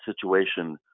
situation